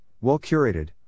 well-curated